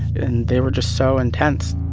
and they were, just, so intense.